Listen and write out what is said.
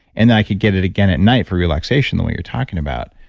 and then i could get it again at night for relaxation the way you're talking about.